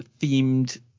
themed